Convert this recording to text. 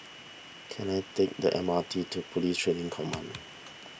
can I take the M R T to Police Training Command